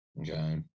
Okay